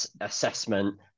assessment